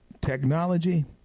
technology